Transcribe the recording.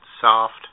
soft